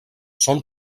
són